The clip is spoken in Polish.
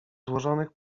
złożonych